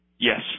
Yes